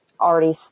already